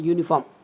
Uniform